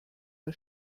der